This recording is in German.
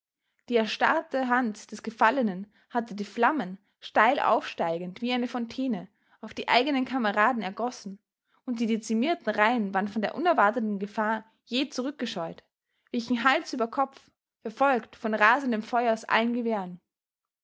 die erstarrte hand des gefallenen hatte die flammen steil aufsteigend wie eine fontaine auf die eigenen kameraden ergossen und die dezimierten reihen waren von der unerwarteten gefahr jäh zurückgescheut wichen hals über kopf verfolgt von rasendem feuer aus allen gewehren